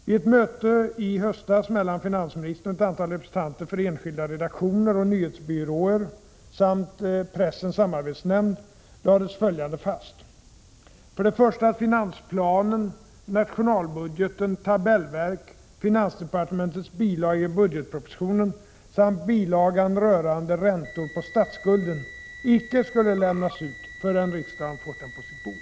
Vid ett möte i höstas, mellan finansministern och ett antal representanter för enskilda redaktioner och nyhetsbyråer samt Pressens samarbetsnämnd, lades följande fast: För det första att finansplanen, nationalbudgeten, tabellverk, finansdepartementets bilaga i budgetpropositionen samt bilagan rörande räntor på statsskulden icke skulle lämnas ut förrän riksdagen fått dem på sitt bord.